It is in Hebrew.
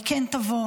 היא כן תבוא.